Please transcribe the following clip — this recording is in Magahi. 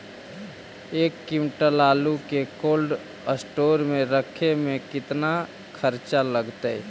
एक क्विंटल आलू के कोल्ड अस्टोर मे रखे मे केतना खरचा लगतइ?